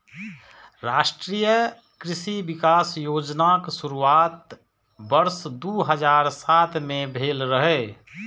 राष्ट्रीय कृषि विकास योजनाक शुरुआत वर्ष दू हजार सात मे भेल रहै